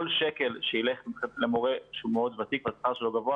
כל שקל שיילך למורה שהוא מאוד ותיק והשכר שלו גבוה